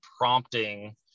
prompting